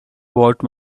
about